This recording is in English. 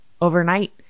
overnight